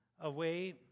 away